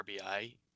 RBI